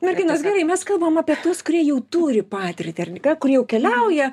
merginos gerai mes kalbam apie tuos kurie jau turi patirtį gal kurie jau keliauja